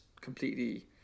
completely